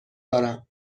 دارم